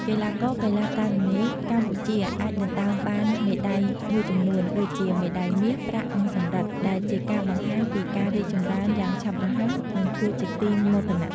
កីឡាករ-កីឡាការិនីកម្ពុជាអាចដណ្តើមបានមេដាយមួយចំនួន ដូចជាមេដាយមាស ប្រាក់ និងសំរឹទ្ធ ដែលជាការបង្ហាញពីការរីកចម្រើនយ៉ាងឆាប់រហ័ស និងគួរជាទីមោទនៈ។